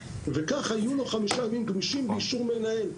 וכך יהיו לו חמישה ימים גמישים באישור מנהל.